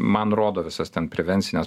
man rodo visas ten prevencines